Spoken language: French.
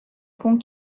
ponts